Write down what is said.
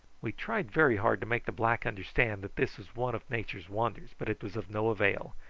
we tried very hard to make the black understand that this was one of nature's wonders, but it was of no avail.